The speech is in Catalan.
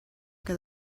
que